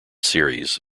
series